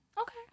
okay